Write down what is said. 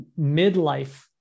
midlife